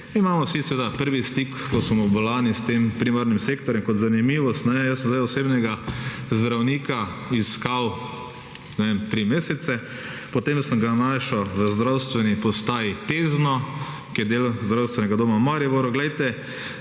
Imamo vsi seveda prvi stik, ko smo bolani, s tem primarnim sektorjem. Kot zanimivost, ne, jaz sem zdaj osebnega zdravnika iskal, ne vem, tri mesece, potem sem ga našel v zdravstveni postaji Tezno, ki je del zdravstvenega doma Maribor.